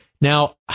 Now